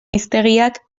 hiztegiak